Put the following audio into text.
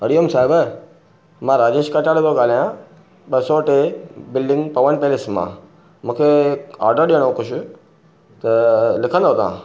हरी ओम सागर मां राजेश कचाणी थो ॻाल्हायां ॿ सौ टे बिल्डिंग पवन पैलेस मां मूंखे ऑर्डर ॾियणो आहे कुझु त लिखंदव तव्हां